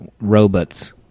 robots